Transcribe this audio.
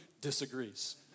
disagrees